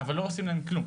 אבל לא עושים להם כלום.